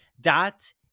dot